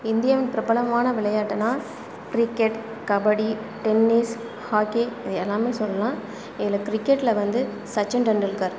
இந்தியாவின் பிரபலமான விளையாட்டுனால் கிரிக்கெட் கபடி டென்னிஸ் ஹாக்கி இது எல்லாமே சொல்லலாம் இதில் கிரிக்கெட்ல வந்து சச்சின் டென்டுல்கர்